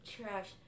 trash